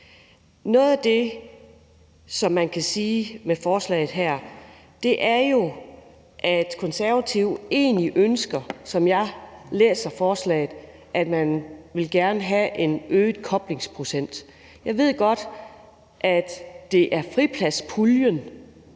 Noget af det, som man kan sige om forslaget her, er jo, at Konservative, som jeg læser forslaget, egentlig ønsker en øget koblingsprocent. Jeg ved godt, at det er fripladspuljen,